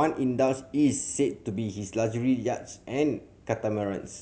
one indulge is said to be his luxury yacht and catamarans